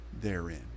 therein